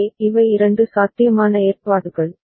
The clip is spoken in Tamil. எனவே இவை இரண்டு சாத்தியமான ஏற்பாடுகள்